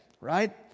right